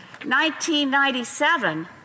1997